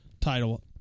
title